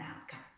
outcome